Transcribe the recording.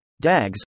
DAGs